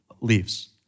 leaves